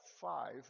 five